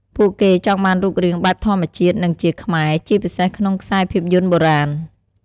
ពួកគេចង់បានរូបរាងបែបធម្មជាតិ និងជាខ្មែរ ជាពិសេសក្នុងខ្សែភាគយន្តបុរាណ។